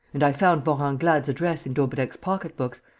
and i found vorenglade's address in daubrecq's pocket-books,